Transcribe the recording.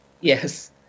yes